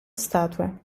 statue